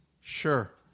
Sure